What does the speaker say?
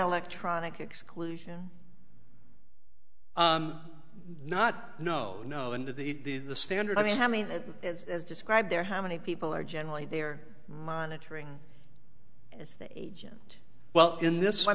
electronic exclusion not no no and the the standard i mean to me that is as described there how many people are generally there monitoring as the agent well in this one